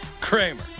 Kramer